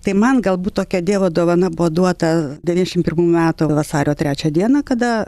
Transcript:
tai man galbūt tokia dievo dovana buvo duota devyniašim pirmų metų vasario trečią dieną kada